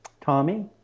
Tommy